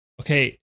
okay